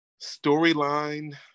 storyline